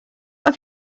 have